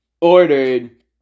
ordered